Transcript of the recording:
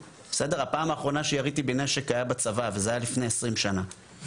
הפעם האחרונה שיריתי בנשק היה בצבא וזה היה לפני 20 שנה.